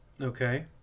Okay